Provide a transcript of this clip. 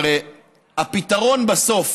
הרי הפתרון בסוף